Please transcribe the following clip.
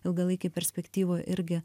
ilgalaikėj perspektyvoj irgi